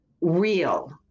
real